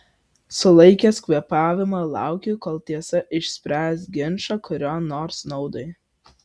sulaikęs kvėpavimą laukiu kol tiesa išspręs ginčą kurio nors naudai